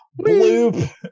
bloop